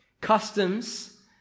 customs